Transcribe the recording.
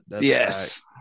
Yes